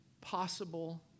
possible